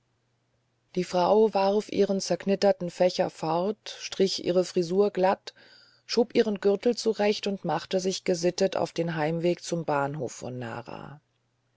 die frau warf ihren zerknitterten fächer fort strich ihre frisur glatt schob ihren gürtel zurecht und machte sich gesittet auf den heimweg zum bahnhof von nara